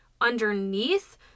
underneath